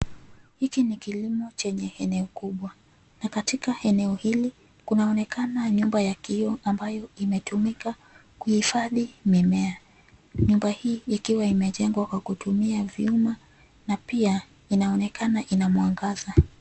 Hiki ni kilimo chenye eneo kubwa. Na katika eneo hili, kunaonekana nyumba ya kioo ambayo imetumika kuhifadhi mimea. Nyumba hii ikiwa imejengwa kwa kutumia vyuma na pia inaonekana ina mwangaza.